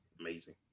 amazing